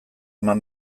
eman